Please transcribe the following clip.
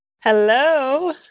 Hello